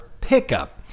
pickup